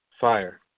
fire